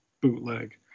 bootleg